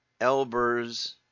Elbers